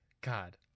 God